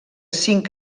cinc